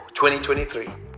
2023